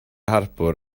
harbwr